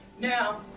Now